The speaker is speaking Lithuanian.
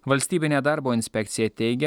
valstybinė darbo inspekcija teigia